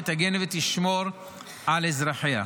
שתגן ותשמור על אזרחיה.